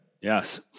Yes